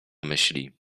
myśli